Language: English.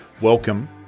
welcome